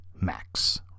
Max